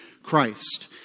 Christ